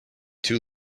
two